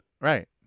Right